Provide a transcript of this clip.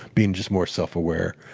being just more self aware.